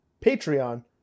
Patreon